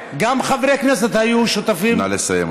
גם חברי כנסת היו שותפים נא לסיים,